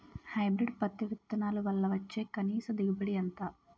Hybrid పత్తి విత్తనాలు వల్ల వచ్చే కనీస దిగుబడి ఎంత?